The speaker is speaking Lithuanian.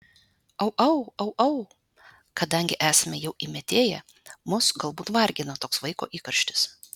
au au au au kadangi esam jau įmetėję mus galbūt vargina toks vaiko įkarštis